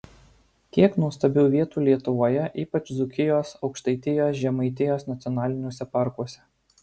kiek nuostabių vietų lietuvoje ypač dzūkijos aukštaitijos žemaitijos nacionaliniuose parkuose